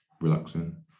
relaxing